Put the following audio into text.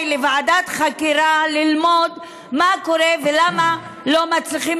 להקמת ועדת חקירה ללמוד מה קורה ולמה לא מצליחים